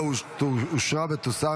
לא נתקבלה.